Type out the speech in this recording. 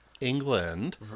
england